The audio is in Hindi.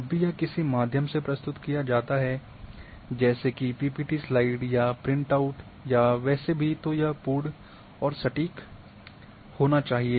जब भी यह किसी माध्यम से प्रस्तुत किया जाता है जैसे कि पीपीटी स्लाइड या प्रिंटआउट या वैसे भी तो यह पूर्ण और सटीक होना चाहिए